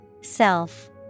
Self